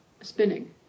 spinning